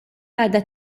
għadha